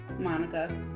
Monica